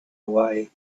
away